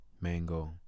mango